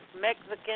Mexican